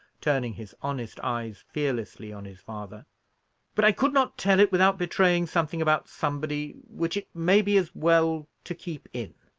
turning his honest eyes fearlessly on his father but i could not tell it without betraying something about somebody, which it may be as well to keep in.